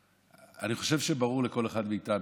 אני חושב שברור לכל אחד מאיתנו,